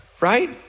right